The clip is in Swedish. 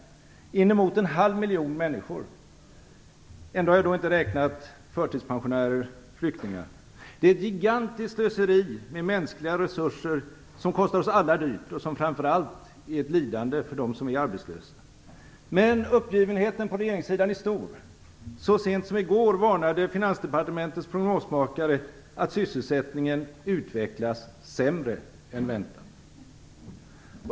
Det är inemot en halv miljon människor. Ändå har jag inte räknat förtidspensionärer och flyktingar. Det är ett gigantiskt slöseri med mänskliga resurser, som kommer att stå oss alla dyrt och som framför allt är ett lidande för dem som är arbetslösa. Uppgivenheten på regeringssidan är stor. Så sent som i går varnade Finansdepartementets prognosmakare att sysselsättningen utvecklas sämre än väntat.